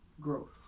growth